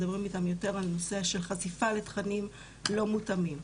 מדברים איתם יותר על הנושא של חשיפה לתכנים לא מותאמים,